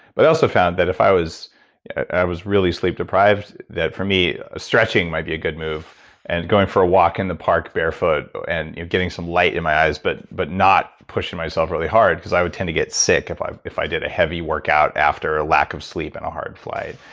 but i also found that if i was i was really sleep deprived that, for me, stretching might be a good move and going for a walk in the park barefoot and in getting some light in my eyes, but but not push myself really hard. i would tend to get sick if i if i did a heavy workout after a lack of sleep and a hard flight.